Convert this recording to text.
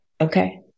okay